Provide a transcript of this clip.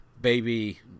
baby